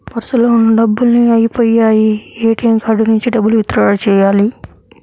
పర్సులో ఉన్న డబ్బులన్నీ అయ్యిపొయ్యాయి, ఏటీఎం కార్డు నుంచి డబ్బులు విత్ డ్రా చెయ్యాలి